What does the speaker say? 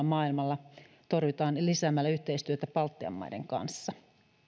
maailmalla torjutaan lisäämällä yhteistyötä baltian maiden kanssa